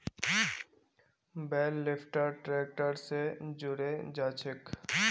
बेल lifter tractor स जुड़े जाछेक